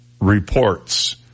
Reports